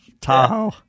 Tahoe